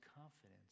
confidence